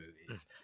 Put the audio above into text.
movies